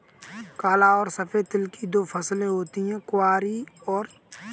काला और सफेद तिल की दो फसलें होती है कुवारी और चैती